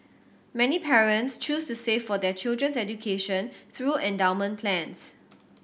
many parents choose to save for their children's education through endowment plans